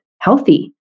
healthy